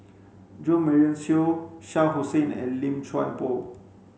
Jo Marion Seow Shah Hussain and Lim Chuan Poh